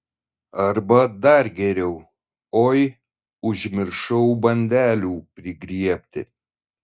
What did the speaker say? arba dar geriau oi užmiršau bandelių prigriebti